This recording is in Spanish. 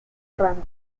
rango